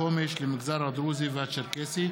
החומש למגזר הדרוזי והצ'רקסי,